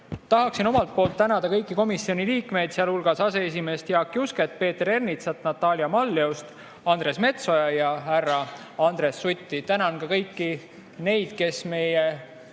Tahaksin omalt poolt tänada kõiki komisjoni liikmeid, sealhulgas aseesimeest Jaak Jusket, Peeter Ernitsat, Natalia Malleust, Andres Metsoja ja Andres Sutti. Tänan ka kõiki neid, kes meie